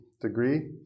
degree